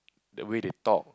the way they talk